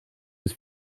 was